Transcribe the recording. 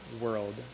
world